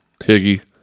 Higgy